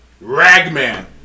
Ragman